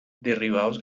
derribados